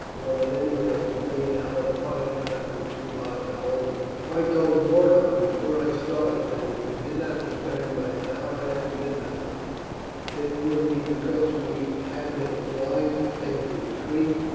or at any rate made our part of the country too hot to hold them. i told borgon before i started that if we did not return by an hour after midnight it would be because we had been obliged to take to a tree,